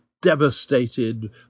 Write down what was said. devastated